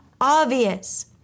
obvious